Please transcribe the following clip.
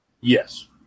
Yes